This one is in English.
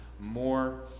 more